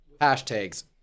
hashtags